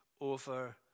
over